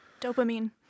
dopamine